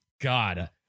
God